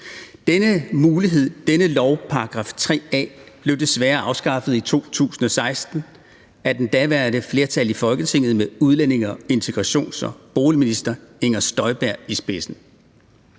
denne lovparagraf 3 A, blev desværre afskaffet i 2016 af det daværende flertal i Folketinget med udlændinge-, integrations- og boligminister Inger Støjberg i spidsen.